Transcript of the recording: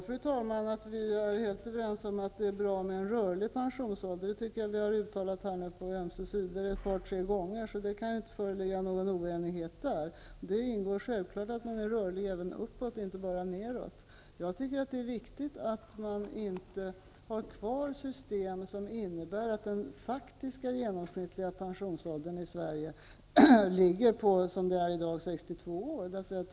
Fru talman! Att vi är helt överens om att det är bra med en rörlig pensionsålder har vi nu uttalat på ömse sidor ett par tre gånger, så det kan ju inte föreligga någon oenighet på den punkten. I detta ingår självfallet att den är rörlig också uppåt och inte bara neråt. Det är enligt min uppfattning viktigt att man inte behåller ett system som innebär att den faktiska genomsnittliga pensionsåldern i Sverige i dag ligger på 62 år.